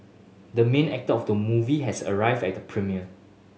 the main actor of the movie has arrived at the premiere